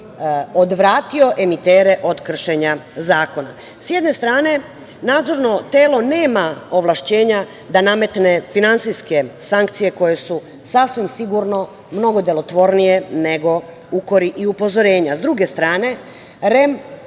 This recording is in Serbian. odvratio emitere od kršenja zakona.S jedne strane nadzorno telo nema ovlašćenja da nametne finansijske sankcije koje su sasvim sigurno mnogo delotvornije nego i upozorenja. S druge strane